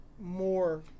more